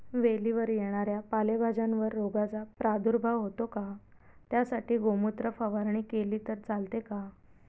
वेलीवर येणाऱ्या पालेभाज्यांवर रोगाचा प्रादुर्भाव होतो का? त्यासाठी गोमूत्र फवारणी केली तर चालते का?